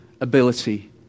ability